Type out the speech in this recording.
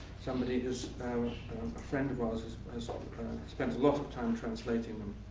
somebody has a friend of ours has has ah spent a lot of time translating them.